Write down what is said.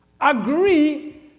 agree